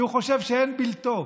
כי הוא חושב שאין בלתו,